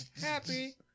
happy